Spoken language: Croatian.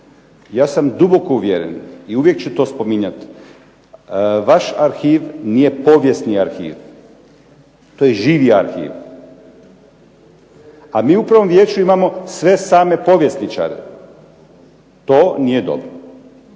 Ja sam duboko uvjeren i uvijek ću to spominjat, vaš arhiv nije povijesni arhiv. To je živi arhiv, a mi u Upravnom vijeću imamo sve same povjesničare. To nije dobro.